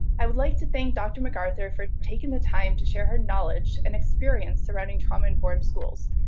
i would like to thank dr. mcarthur for taking the time to share her knowledge and experience surrounding trauma-informed schools.